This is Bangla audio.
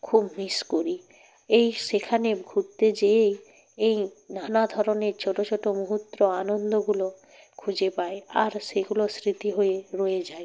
খুব মিস করি এই সেখানে ঘুরতে যেয়ে এই নানা ধরনের ছোটো ছোটো মুহুর্ত আনন্দগুলো খুঁজে পায় আর সেগুলো স্মৃতি হয়ে রয়ে যায়